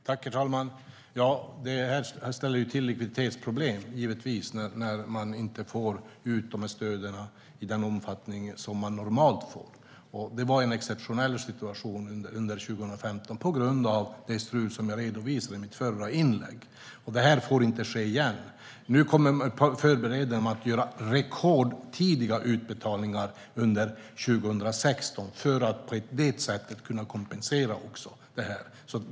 Herr talman! Det ställer givetvis till med likviditetsproblem när man inte får ut stöden i den omfattning som man normalt får. Det var en exceptionell situation under 2015 på grund av det strul som jag redovisade i mitt förra inlägg. Det får inte ske igen. Nu förbereder man sig för att göra rekordtidiga utbetalningar under 2016 för att på det sättet också kunna kompensera den tidigare förseningen.